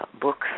books